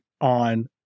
on